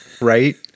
right